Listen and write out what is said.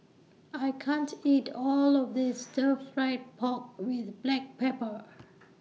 I can't eat All of This Stir Fry Pork with Black Pepper